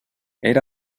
era